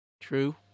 True